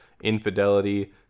infidelity